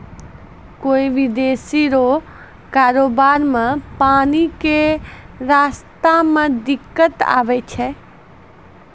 कोय विदेशी रो कारोबार मे पानी के रास्ता मे दिक्कत आवै छै